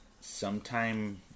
sometime